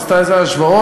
עשתה איזה השוואות,